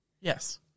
Yes